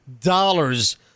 dollars